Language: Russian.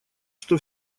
что